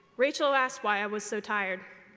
rachel asked why i was so tired.